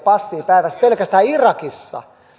passia pelkästään irakissa